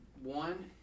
One